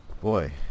Boy